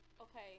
okay